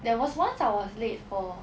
there was once I was late for